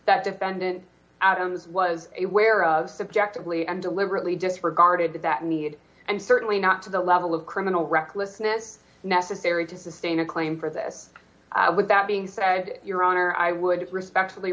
that defendant was aware of subjectively and deliberately disregarded that need and certainly not to the level of criminal recklessness necessary to sustain a claim for that without being your own or i would respectfully